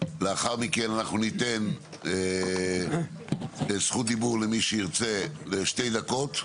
לאחר מכן אנחנו ניתן זכות דיבור למי שירצה לשתי דקות,